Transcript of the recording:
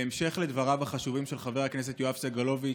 בהמשך לדבריו החשובים של חבר הכנסת יואב סגלוביץ',